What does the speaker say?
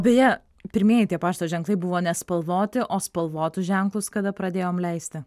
beje pirmieji tie pašto ženklai buvo nespalvoti o spalvotus ženklus kada pradėjom leisti